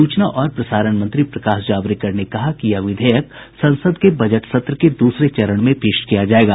सूचना और प्रसारण मंत्री प्रकाश जावडेकर ने कहा कि यह विधेयक संसद के बजट सत्र के दूसरे चरण में पेश किया जायेगा